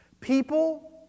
People